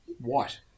white